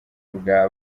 bwa